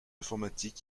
informatique